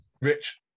rich